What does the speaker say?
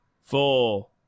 four